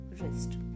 wrist